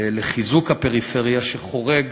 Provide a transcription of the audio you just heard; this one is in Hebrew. בחיזוק הפריפריה, שחורג